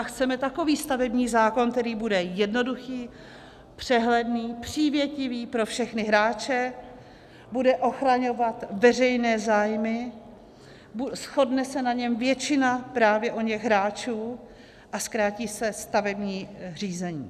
A chceme takový stavební zákon, který bude jednoduchý, přehledný, přívětivý pro všechny hráče, bude ochraňovat veřejné zájmy, shodne se na něm většina právě oněch hráčů a zkrátí se stavební řízení.